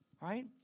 right